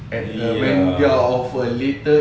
ya